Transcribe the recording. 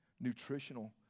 Nutritional